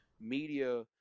media